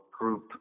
group